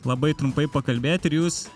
labai trumpai pakalbėti ir jūs